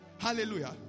Hallelujah